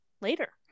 later